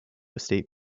state